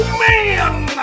man